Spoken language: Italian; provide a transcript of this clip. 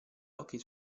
hockey